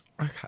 Okay